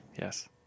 yes